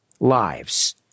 Lives